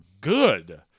good